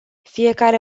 fiecare